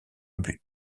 buts